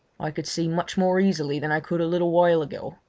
i could see much more easily than i could a little while ago.